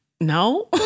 no